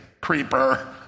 Creeper